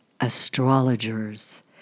astrologers